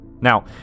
Now